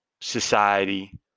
society